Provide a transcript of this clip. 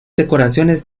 decoraciones